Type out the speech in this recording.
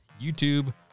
YouTube